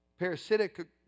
Parasitic